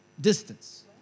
distance